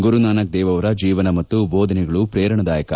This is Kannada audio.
ಗುರುನಾನಕ್ ದೇವ್ ಅವರ ಜೀವನ ಮತ್ತು ಭೋಧನೆಗಳು ಪ್ರೇರಣಾದಾಯಕ